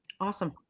Awesome